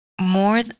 more